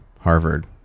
Harvard